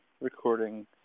recording